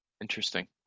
Interesting